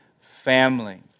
family